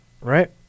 Right